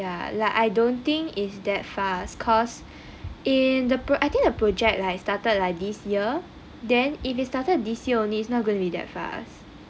ya like I don't think is that fast cause in the I think project like started like this year then if it started this year only it's not going to be that fast